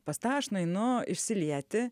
pas tą aš nueinu išsilieti